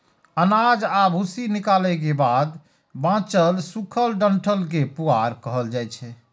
अनाज आ भूसी निकालै के बाद बांचल सूखल डंठल कें पुआर कहल जाइ छै